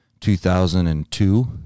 2002